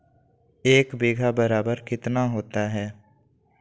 एक बीघा बराबर कितना होता है?